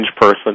person